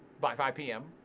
by five pm.